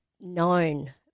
known